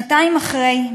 שנתיים אחרי,